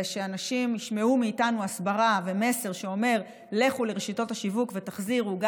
שאנשים ישמעו מאיתנו הסברה ומסר שאומר: לכו לרשתות השיווק ותחזירו,